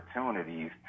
opportunities